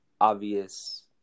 obvious